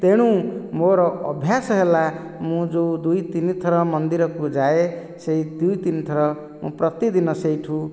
ତେଣୁ ମୋର ଅଭ୍ୟାସ ହେଲା ମୁଁ ଯେଉଁ ଦୁଇ ତିନିଥର ମନ୍ଦିରକୁ ଯାଏ ସେହି ଦୁଇ ତିନିଥର ମୁଁ ପ୍ରତିଦିନ ସେହିଠୁ